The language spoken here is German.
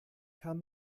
kann